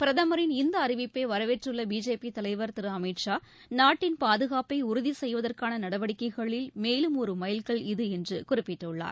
பிரதமரின் இந்த அறிவிப்பை வரவேற்றுள்ள பிஜேபி தலைவர் திரு அமித்ஷா நாட்டின் பாதுகாப்பை உறுதி செய்வதற்கான நடவடிக்கைகளில் மேலும் ஒரு மைல்கல் இது என்று குறிப்பிட்டுள்ளார்